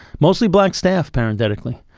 mostly black staff, parenthetically.